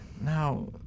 Now